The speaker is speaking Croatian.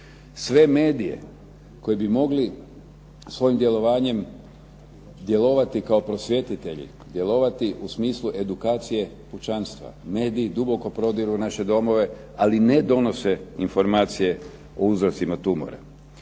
Sve medije koji bi mogli svojim djelovanjem djelovati kao prosvjetitelji, djelovati u smislu edukacije pučanstva. Mediji duboko prodiru u naše domove, ali ne donose informacije o uzrocima tumora.